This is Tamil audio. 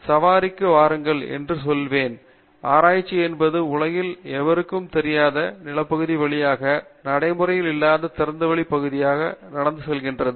சவாரிக்கு வாருங்கள் என்று சொல்லுவேன் ஆராய்ச்சி என்பது உலகில் எவருக்கும் தெரியாத நிலப்பகுதி வழியாக நடைமுறையில் இல்லாத திறந்தவெளி பகுதி வழியாக நடந்து செல்கிறது